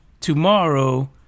tomorrow